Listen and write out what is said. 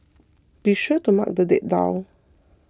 be sure to mark the date down